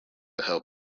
help